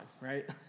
right